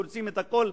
דורסים את הכול,